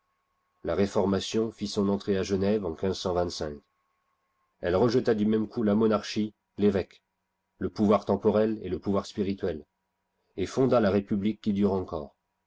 la réformation fit son entrée à genève en elle rejeta du môme coup la monarchie l'évêque le pouvoir temporel et le pouvoir spirituel et fonda la république qui dure encore